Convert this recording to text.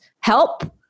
help